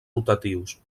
rotatius